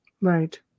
Right